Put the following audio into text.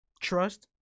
trust